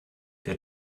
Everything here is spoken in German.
der